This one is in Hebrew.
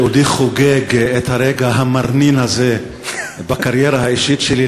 בעודי חוגג את הרגע המרנין הזה בקריירה האישית שלי,